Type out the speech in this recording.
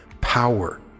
power